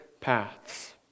paths